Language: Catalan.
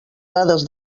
dades